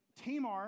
Tamar